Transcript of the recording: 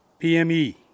PME